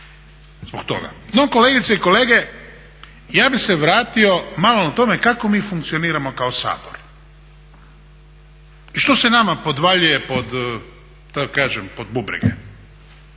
zbog toga. No, kolegice i kolege ja bih se vratio malo tome kako mi funkcioniramo kao Sabor i što se nama podvaljuje pod da